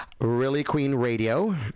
Reallyqueenradio